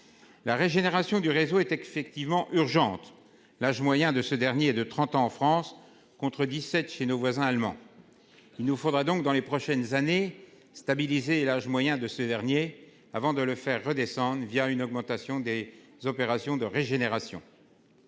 La régénération du réseau est effectivement urgente. L'âge moyen de ce dernier de 30 ans en France contre 17 chez nos voisins allemands. Il nous faudra donc dans les prochaines années stabiliser et l'âge moyen de ces derniers, avant de le faire redescendre, via une augmentation des opérations de régénération.